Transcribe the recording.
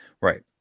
Right